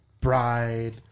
bride